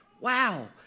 Wow